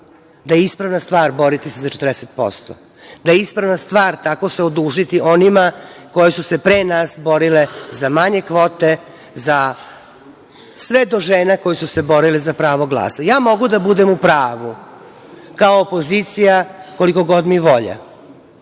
Da je ispravna stvar boriti se za 40%, da je ispravna stvar tako se odužiti onima koje su se pre nas borile za manje kvote za sve do žena koje su se borile za pravo glasa. Mogu da budem u pravu kao opozicija koliko god mi je volja,